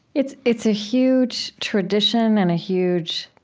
it's it's a huge tradition and a huge